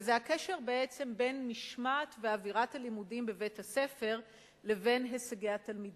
וזה הקשר בין משמעת ואווירת הלימודים בבית-הספר לבין הישגי התלמידים.